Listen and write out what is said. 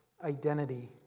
identity